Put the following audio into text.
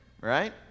right